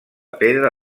pedra